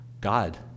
God